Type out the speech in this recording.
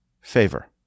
favor